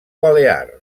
balear